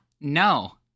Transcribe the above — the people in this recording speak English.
no